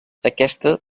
aquesta